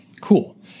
Cool